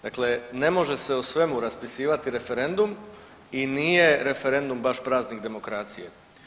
Dakle, ne može se o svemu raspisivati referendum i nije referendum baš praznik demokracije.